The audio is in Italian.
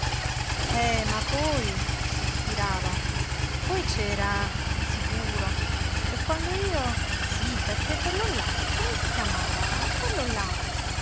eh ma poi sospirava poi c'era sicuro e quando io sí perché quello là come si chiamava quello là